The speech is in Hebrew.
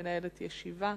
מנהלת ישיבה,